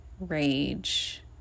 rage